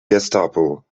gestapo